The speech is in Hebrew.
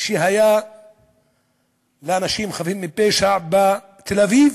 של אנשים חפים מפשע בתל-אביב,